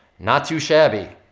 not too shabby.